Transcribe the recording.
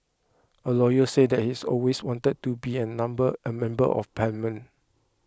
a lawyer says that he had always wanted to be a number a member of parliament